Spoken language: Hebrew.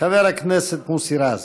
חבר הכנסת מוסי רז.